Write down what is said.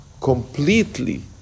completely